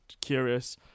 curious